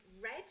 red